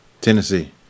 Tennessee